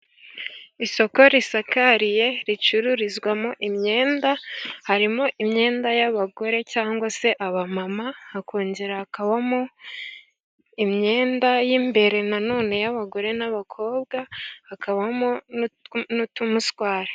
Isoko risakariye, ricururizwamo imyenda, harimo imyenda y'abagore cyangwa se abamama, hakongera hakabamo imyenda y'imbere nanone y'abagore n'abakobwa, hakabamo n'utu muswari.